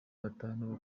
batanu